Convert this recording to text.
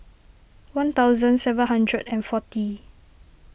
one thousand seven hundred and forty